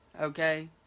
okay